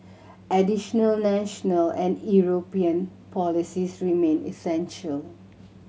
additional national and European policies remain essential